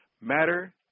Matter